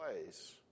place